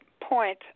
point